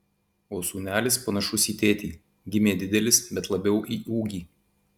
o sūnelis panašus į tėtį gimė didelis bet labiau į ūgį